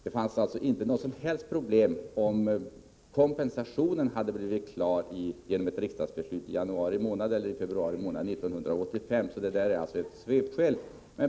Det hade alltså inte varit något som helst problem om kompensationen hade blivit klar genom ett riksdagsbeslut i januari eller februari månad 1985. Det är alltså svepskäl.